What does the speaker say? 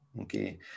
okay